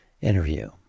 interview